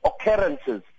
occurrences